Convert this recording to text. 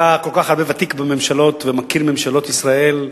אתה כל כך ותיק בממשלות ומכיר ממשלות ישראל,